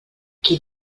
qui